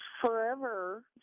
forever